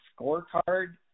scorecard